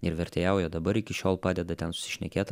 ir vertėjauja dabar iki šiol padeda ten susišnekėt